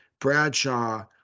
Bradshaw